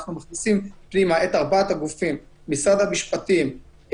כשאנחנו מכניסים פנימה את ארבעת הגופים: משרד המשפטים,